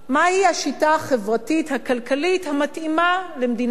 מהי השיטה החברתית הכלכלית המתאימה למדינת ישראל,